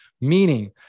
meaning